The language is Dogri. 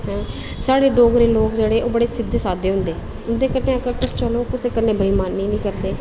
साढ़े डोगरे लोग जेह्ड़े ओह् बड़े सिद्धे साद्धे होंदे उं'दे कन्नै आक्खा तुस चलो कुसै कन्नै बेईमानी निं करदे